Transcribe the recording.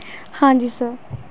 ਹਾਂਜੀ ਸਰ